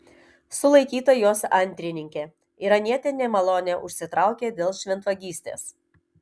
sulaikyta jos antrininkė iranietė nemalonę užsitraukė dėl šventvagystės